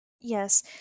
yes